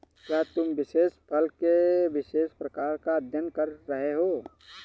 क्या तुम विशेष फसल के विशेष प्रकार का अध्ययन कर रहे हो?